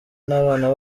n’abana